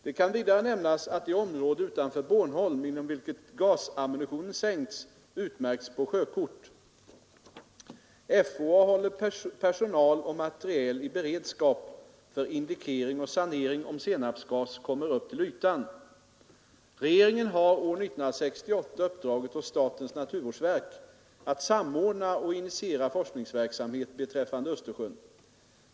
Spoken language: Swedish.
Det kan vidare nämnas att det område utanför Bornholm inom vilket gasammunition sänkts utmärkts på sjökort. FOA håller personal och materiel i beredskap för indikering och sanering om senapsgas kommer upp till ytan. Regeringen har år 1968 uppdragit åt statens naturvårdsverk att samordna och initiera forskningsverksamhet beträffande Östersjön.